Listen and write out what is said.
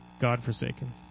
God-forsaken